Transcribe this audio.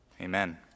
Amen